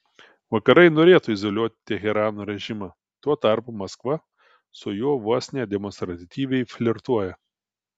vakarai norėtų izoliuoti teherano režimą tuo tarpu maskva su juo vos ne demonstratyviai flirtuoja